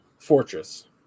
fortress